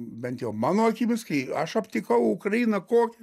bent jau mano akimis kai aš aptikau ukrainą kokią